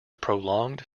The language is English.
prolonged